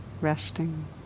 resting